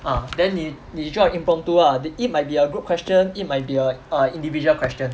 ah then 你你就要 impromptu lah it might be a group question it might be a err individual question